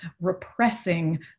repressing